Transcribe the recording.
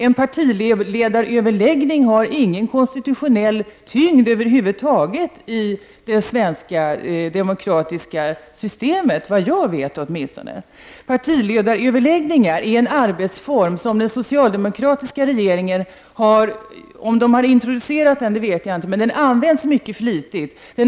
En partiledaröverläggning har ingen konstitutionell tyngd över huvud taget i det svenska demokratiska systemet — åtminstone enligt vad jag vet. Partiledaröverläggningar är en arbetsform som den socialdemokratiska regeringen om inte introducerat så använt mycket flitigt.